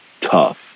tough